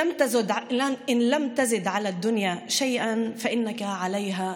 (אומרת בערבית: אם אתה לא מוסיף שום דבר לחיים הרי שאתה מתייתר.)